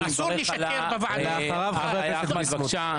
אחריו חבר הכנסת ביסמוט.